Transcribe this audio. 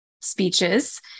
speeches